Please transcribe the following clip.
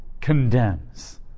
condemns